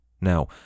Now